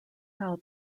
how